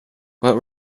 what